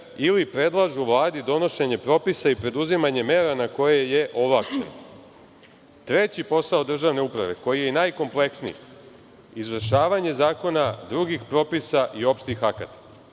ili predlažu Vladi donošenje propisa i preduzimanje mera na koje je ovlašćen“. Treći posao državne uprave, koji je najkompleksniji: „izvršavanje zakona, drugih propisa i opštih akata“.U